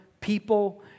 people